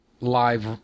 live